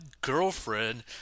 girlfriend